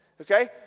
Okay